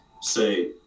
say